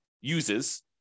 uses